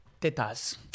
Tetas